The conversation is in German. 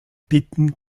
bitten